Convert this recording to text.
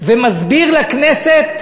ומסביר לכנסת,